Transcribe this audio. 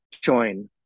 join